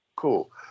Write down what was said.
Cool